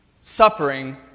Suffering